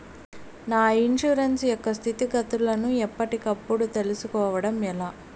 నా ఇన్సూరెన్సు యొక్క స్థితిగతులను గతులను ఎప్పటికప్పుడు కప్పుడు తెలుస్కోవడం ఎలా?